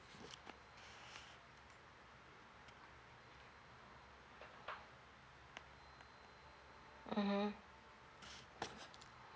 mmhmm